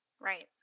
right